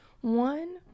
One